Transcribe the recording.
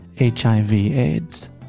HIV-AIDS